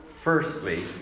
firstly